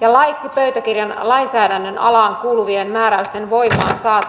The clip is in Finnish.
ja laiksi pöytäkirjan lainsäädännön alaan kuuluvien määräysten voimaansaattamisesta